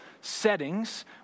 settings